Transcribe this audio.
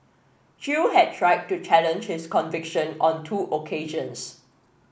chew had tried to challenge his conviction on two occasions